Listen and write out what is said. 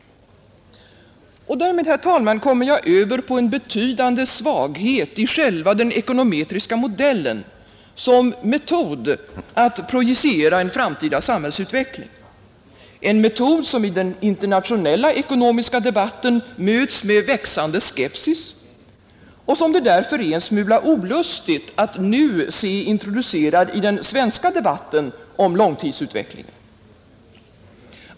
Och därmed, herr talman, kommer jag över på en betydande svaghet i själva den ekonometriska modellen som metod att projicera en framtida samhällsutveckling, en metod som i den internationella ekonomiska debatten möts med växande skepsis och som det därför är en smula olustigt att nu se introducerad i den svenska debatten om långtidsutvecklingen.